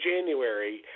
January